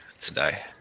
today